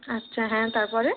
আচ্ছা হ্যাঁ তার পরে